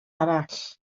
arall